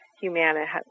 humanity